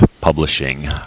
Publishing